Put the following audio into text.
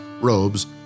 robes